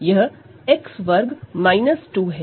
यह X2 2 है